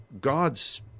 God's